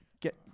get